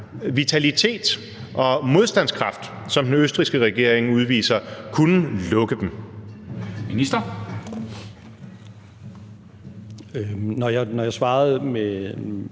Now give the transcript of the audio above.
vitalitet og modstandskraft, som den østrigske regering udviser, kunne lukke dem? Kl. 15:16 Formanden